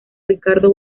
ricardo